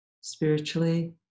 spiritually